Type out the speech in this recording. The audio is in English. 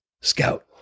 Scout